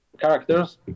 characters